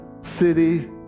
city